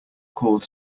called